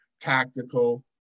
tactical